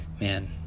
Man